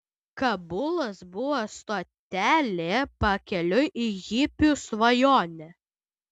kabulas buvo stotelė pakeliui į hipių svajonę